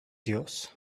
yours